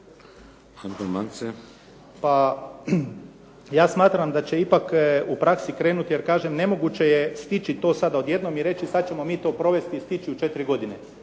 Ja smatram da će ipak u praksi krenuti jer kažem nemoguće je stići to sada odjednom i reći sad ćemo mi to provesti i stići u četiri godine.